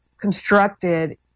constructed